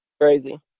Crazy